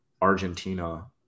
Argentina